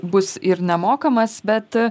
bus ir nemokamas bet